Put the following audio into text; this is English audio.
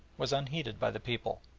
was unheeded by the people.